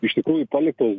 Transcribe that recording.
iš tikrųjų paliktas